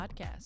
podcast